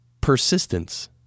persistence